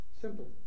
Simple